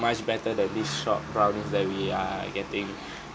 much better than this shop brownies that we are getting